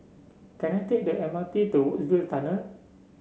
can I take the M R T to Woodsville Tunnel